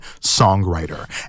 songwriter